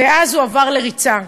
ואז הוא עבר לריצה.